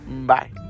Bye